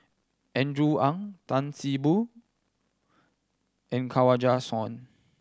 Andrew Ang Tan See Boo and Kanwaljit Soin